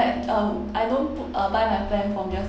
um I don't put uh buy my plan from just